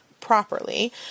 properly